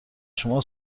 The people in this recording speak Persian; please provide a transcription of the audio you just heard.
شما